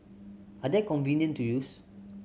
are they convenient to use